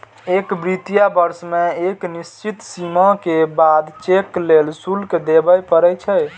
एक वित्तीय वर्ष मे एक निश्चित सीमा के बाद चेक लेल शुल्क देबय पड़ै छै